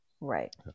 Right